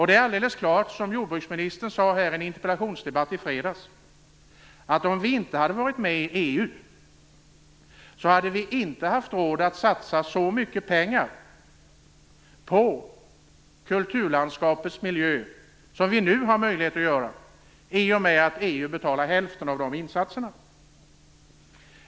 Det är alldeles klart, som jordbruksministern sade i en interpellationsdebatt här i fredags, att om vi inte hade varit med i EU hade vi inte haft råd att satsa så mycket pengar på kulturlandskapets miljö som vi nu kan i och med att EU betalar hälften av insatserna.